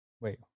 wait